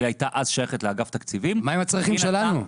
שאז היא הייתה שייכת לאגף התקציבים --- מה עם הצרכים שלנו?